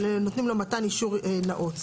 אבל נותנים לו מתן אישור נאות.